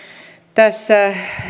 tässä